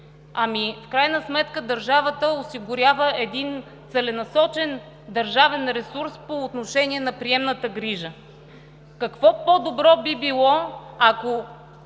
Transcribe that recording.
В крайна сметка държавата осигурява един целенасочен държавен ресурс по отношение на приемната грижа. Какво по-добро би било, ако